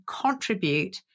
contribute